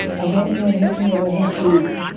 again here we see another plate.